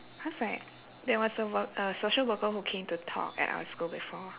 cause like there was a wor~ social worker that came to talk at our school before